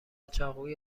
چاقوی